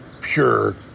pure